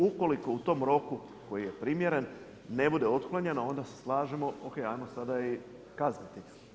Ukoliko u tom roku koji je primjeren ne bude otklonjeno onda se slažemo, o.k. hajmo sada i kazniti.